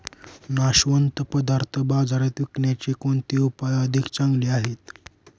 नाशवंत पदार्थ बाजारात विकण्याचे कोणते उपाय अधिक चांगले आहेत?